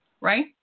Right